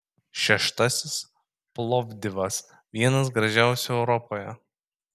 šeštasis plovdivas vienas gražiausių europoje